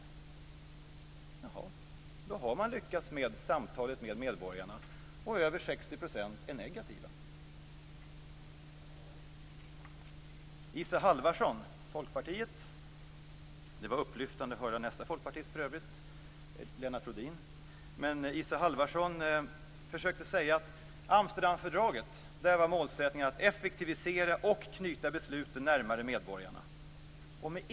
Jaha, då har man lyckats med samtalet med medborgarna - och över 60 % är negativa! Isa Halvarsson, Folkpartiet - för övrigt var det upplyftande att höra nästa folkpartist, Lennart Rohdin - försökte säga att målsättningen beträffande Amsterdamfördraget var att effektivisera och knyta besluten närmare medborgarna.